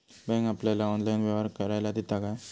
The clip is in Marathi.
बँक आपल्याला ऑनलाइन व्यवहार करायला देता काय?